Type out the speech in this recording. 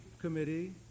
committee